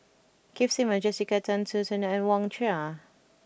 Keith Simmons Jessica Tan Soon Neo and Wang Sha